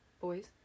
Boys